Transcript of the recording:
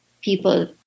people